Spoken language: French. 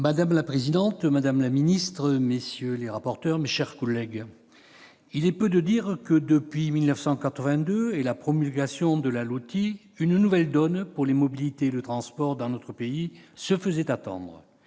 Madame la présidente, madame la ministre, mes chers collègues, c'est peu de dire que, depuis 1982 et la promulgation de la LOTI, une nouvelle donne pour les mobilités et le transport dans notre pays se faisait attendre.